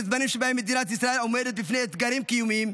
בזמנים שבהם מדינת ישראל עומדת בפני אתגרים קיומיים,